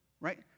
Right